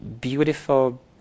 beautiful